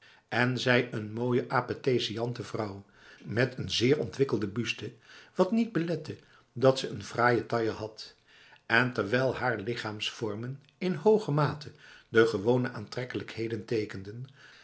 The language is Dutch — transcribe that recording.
en zij een mooie appétissante vrouw met een zeer ontwikkelde buste wat niet belette dat ze n fraaie taille had en terwijl haar lichaamsvormen in hoge mate de gewone aantrekkelijkheden tekenden